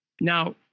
Now